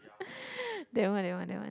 that one that one that one